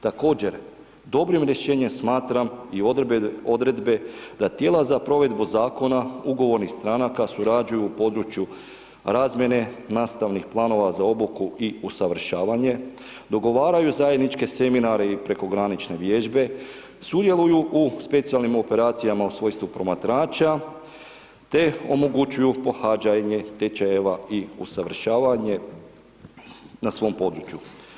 Također dobrim rješenjem smatram i odredbe da tijela za provedbu zakona ugovornih stranaka surađuju u području razmjene nastavnih planova za obuku i usavršavanje, dogovaraju zajedničke seminare i prekogranične vježbe, sudjeluju u specijalnim operacijama u svojstvu promatrača te omogućuju pohađanje tečajeva i usavršavanje na svom području.